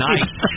Nice